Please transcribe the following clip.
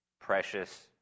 precious